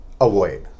avoid